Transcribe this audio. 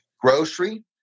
grocery